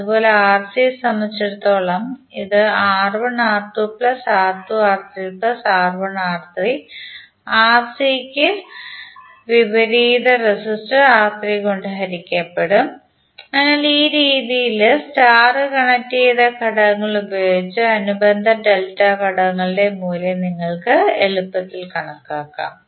അതുപോലെ Rc യെ സംബന്ധിച്ചിടത്തോളം ഇത് Rc ന് വിപരീത റെസിസ്റ്റർ R3 കൊണ്ട് ഹരിക്കപ്പെടും അതിനാൽ ഈ രീതിയിൽ സ്റ്റാർ കണക്റ്റുചെയ്ത ഘടകങ്ങൾ ഉപയോഗിച്ച് അനുബന്ധ ഡെൽറ്റ ഘടകങ്ങളുടെ മൂല്യം നിങ്ങൾക്ക് എളുപ്പത്തിൽ കണക്കാക്കാം